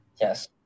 yes